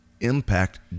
impact